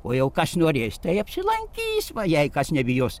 o jau kas norės tai apsilankys va jei kas nebijos